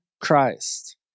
Christ